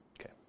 Okay